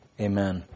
Amen